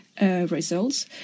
Results